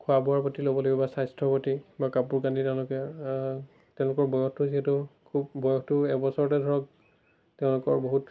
খোৱা বোৱাৰ প্ৰতি ল'ব লাগিব বা স্বাস্থ্যৰ প্ৰতি বা কাপোৰ কানি তেওঁলোকে তেওঁলোকৰ বয়সটো যিহেতু খুব বয়সটো এবছৰতে ধৰক তেওঁলোকৰ বহুত